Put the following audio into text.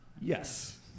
Yes